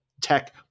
tech